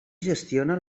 gestiona